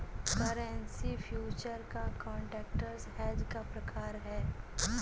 currency future contract hedge का प्रकार है